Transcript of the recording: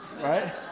Right